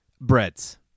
Breads